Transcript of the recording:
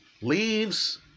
leaves